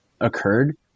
occurred